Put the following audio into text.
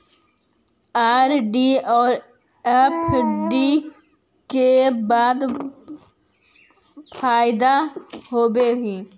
RD और FD के का फायदा होव हई?